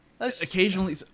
Occasionally